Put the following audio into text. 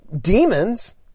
demons